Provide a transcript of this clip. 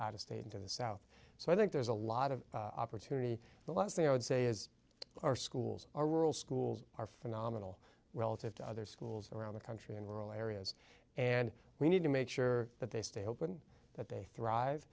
out of state into the south so i think there's a lot of opportunity the last thing i would say is our schools are rural schools are phenomenal relative to other schools around the country and rural areas and we need to make sure that they stay open that they thrive